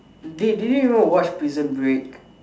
dey did you even watch prison break